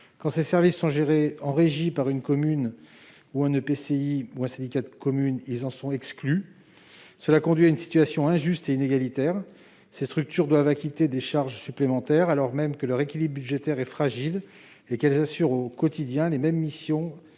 public de coopération intercommunale (EPCI) ou un syndicat de communes, ils en sont exclus. Cela conduit à une situation injuste et inégalitaire. Ces structures doivent acquitter des charges supplémentaires, alors même que leur équilibre budgétaire est fragile et qu'elles assurent au quotidien les mêmes missions